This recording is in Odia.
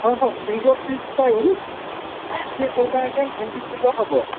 ହଁ ହଁ ଫିଙ୍ଗର ପିସ୍ ପାଇଁ ଷାଠିଏ ଟଙ୍କା ଆଜ୍ଞା ଭେଣ୍ଡି କିଲୋ ହେବ